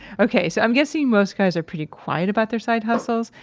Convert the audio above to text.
okay, so i'm guessing most guys are pretty quiet about their side hustles.